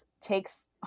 takes